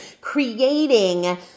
creating